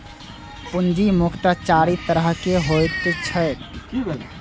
पूंजी मुख्यतः चारि तरहक होइत छैक